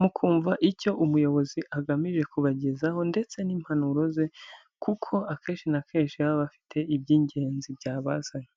mukumva icyo umuyobozi agamije kubagezaho ndetse n'impanuro ze, kuko akenshi na kenshi baba bafite iby'ingenzi byabazanye,